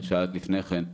ששאלת לפני כן,